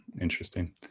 Interesting